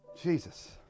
Jesus